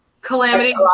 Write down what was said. Calamity